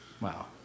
Wow